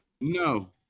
No